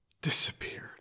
disappeared